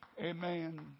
Amen